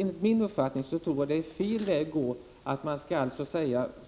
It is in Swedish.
Enligt min uppfattning är det fel väg att gå att